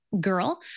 girl